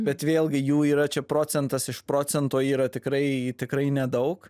bet vėlgi jų yra čia procentas iš procento yra tikrai tikrai nedaug